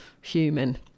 human